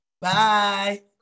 Bye